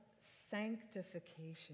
sanctification